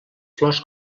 flors